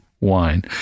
wine